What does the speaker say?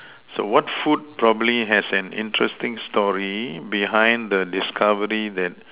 so what food probably has an interesting story behind the discovery that